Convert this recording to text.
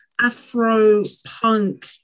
Afro-punk